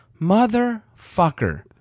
Motherfucker